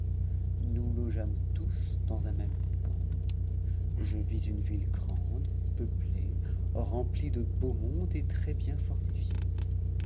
nous logeâmes tous dans un même khan je vis une ville grande peuplée remplie de beau monde et très-bien fortifiée